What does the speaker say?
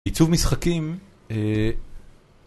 עיצוב משחקים...אה..